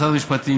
משרד המשפטים,